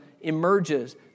emerges